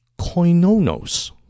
koinonos